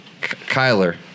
Kyler